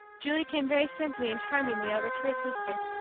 julie came very simply and charmingly over to her sister,